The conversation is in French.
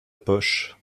poche